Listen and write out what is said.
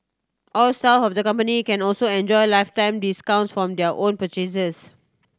all staff of the company can also enjoy lifetime discounts from their own purchases